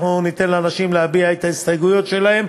אנחנו ניתן לאנשים להביע את ההסתייגויות שלהם.